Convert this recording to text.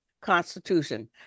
Constitution